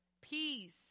peace